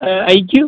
IQ